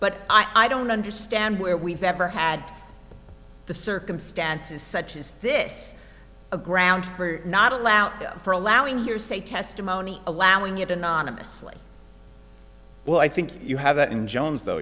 but i don't understand where we've ever had the circumstances such as this a ground for not allow for allowing hearsay testimony allowing it anonymously well i think you have that in jones though